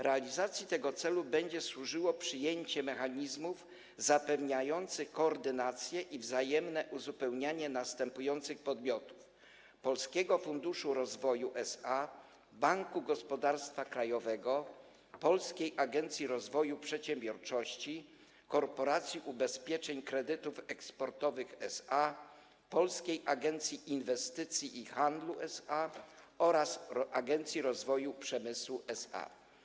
Realizacji tego celu będzie służyło przyjęcie mechanizmów zapewniających koordynację i wzajemne uzupełnianie się następujących podmiotów: Polskiego Funduszu Rozwoju SA, Banku Gospodarstwa Krajowego, Polskiej Agencji Rozwoju Przedsiębiorczości, Korporacji Ubezpieczeń Kredytów Eksportowych SA, Polskiej Agencji Inwestycji i Handlu SA oraz Agencji Rozwoju Przemysłu SA.